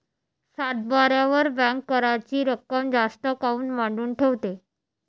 सातबाऱ्यावर बँक कराच रक्कम जास्त काऊन मांडून ठेवते?